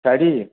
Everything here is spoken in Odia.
ଶାଢ଼ୀ